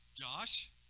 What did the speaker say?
Josh